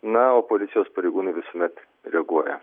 na o policijos pareigūnai visuomet reaguoja